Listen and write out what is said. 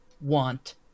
want